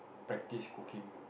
practice cooking